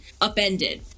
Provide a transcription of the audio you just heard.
upended